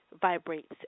vibrates